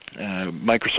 Microsoft